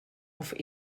auf